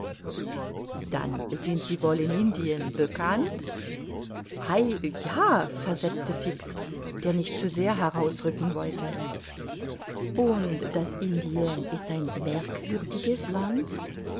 dann sind sie wohl in indien bekannt ei ja versetzte fix der nicht zu sehr heraus rücken wollte und das indien ist ein merkwürdiges land